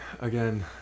Again